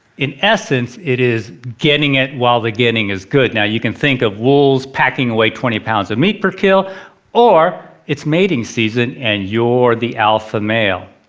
in essence, it is getting it while the getting is good. now, you can think of wolves packing away twenty pound of meat per kill or it's mating season and you're the alpha male.